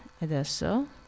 adesso